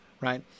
right